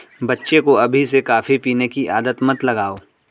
बच्चे को अभी से कॉफी पीने की आदत मत लगाओ